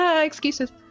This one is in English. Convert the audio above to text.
Excuses